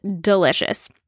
delicious